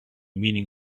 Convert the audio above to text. meaning